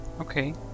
Okay